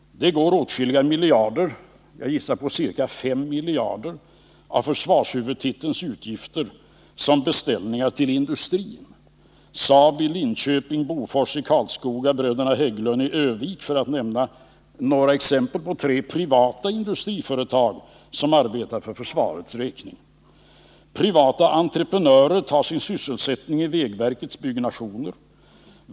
Åtskilliga miljarder av försvarspolitikens utgifter, jag gissar på 5 miljarder, går till industrin i form av beställningar. Saab i Linköping, Bofors i Karlskoga och Bröderna Hägglund i Örnsköldsvik är tre exempel på privata industriföretag som arbetar för försvarets räkning. Privata entreprenörer tar sin sysselsättning i vägverkets byggnationer.